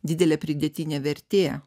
didelė pridėtinė vertė